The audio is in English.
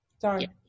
sorry